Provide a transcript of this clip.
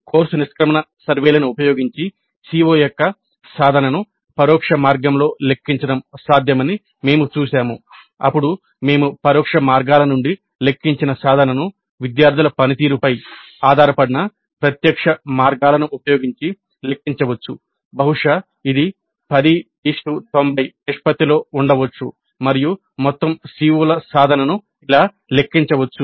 course నిష్క్రమణ సర్వేలను ఉపయోగించి CO యొక్క సాధనను పరోక్ష మార్గంలో లెక్కించడం సాధ్యమని మేము చూశాము అప్పుడు మేము పరోక్ష మార్గాల నుండి లెక్కించిన సాధనను విద్యార్థుల పనితీరుపై ఆధారపడిన ప్రత్యక్ష మార్గాలను ఉపయోగించి లెక్కించవచ్చు బహుశా 1090 నిష్పత్తిలో ఉండవచ్చు మరియు మొత్తం CO సాధనను ఇలా లెక్కించవచ్చు